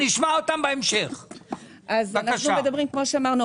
כמו שאמרנו,